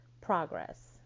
progress